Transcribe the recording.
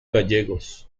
gallegos